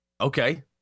Okay